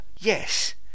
yes